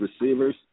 receivers